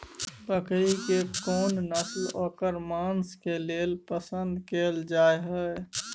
बकरी के कोन नस्ल ओकर मांस के लेल पसंद कैल जाय हय?